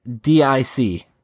D-I-C